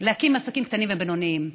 להקים עסקים קטנים ובינוניים.